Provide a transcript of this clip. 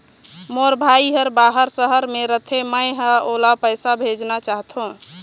मोर भाई हर बाहर शहर में रथे, मै ह ओला पैसा भेजना चाहथों